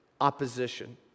opposition